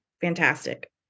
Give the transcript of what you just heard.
fantastic